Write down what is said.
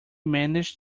manage